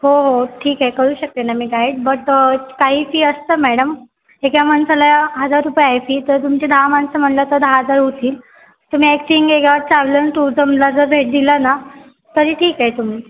हो हो ठीक आहे करू शकते ना मी गाईड बट काही फी असतं मॅडम एक्या माणसाला हजार रुपये आहे फी तर तुमची दहा माणसं म्हणालं तर दहा हजार होतील तुम्ही टुरिजमला जर भेट दिलं ना तरी ठीक आहे तुम्ही